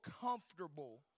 comfortable